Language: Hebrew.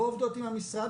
לא עובדות עם המשרד,